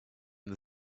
the